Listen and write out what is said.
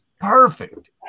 perfect